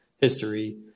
history